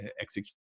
execute